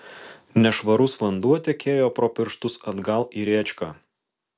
nešvarus vanduo tekėjo pro pirštus atgal į rėčką